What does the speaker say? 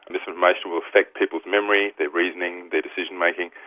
misinformation will affect people's memory, their reasoning, their decision-making.